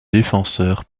défenseur